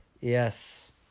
Yes